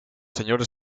señores